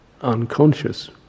unconscious